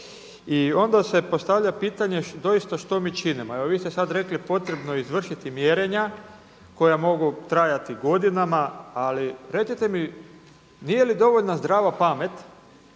i onda se postavlja pitanje doista što mi činimo. Evo vi ste sad rekli, potrebno je izvršiti mjerenja koja mogu trajati godinama. Ali recite mi nije li dovoljna zdrava pamet,